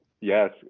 yes